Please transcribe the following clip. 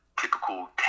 typical